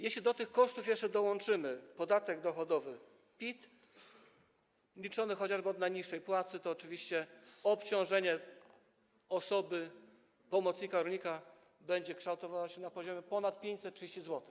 Jeśli do tych kosztów jeszcze dołączymy podatek dochodowy PIT, liczony chociażby od najniższej płacy, to oczywiście obciążenie osoby, pomocnika rolnika będzie kształtowało się na poziomie ponad 530 zł.